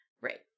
Right